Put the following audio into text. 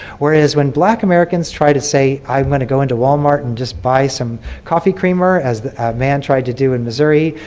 whereas when black americans try to say i want to go into walmart and just buy some coffee creamer as man tried to do in missouri,